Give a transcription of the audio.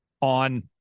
on –